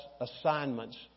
assignments